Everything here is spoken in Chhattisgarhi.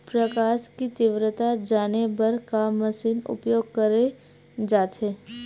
प्रकाश कि तीव्रता जाने बर का मशीन उपयोग करे जाथे?